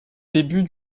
début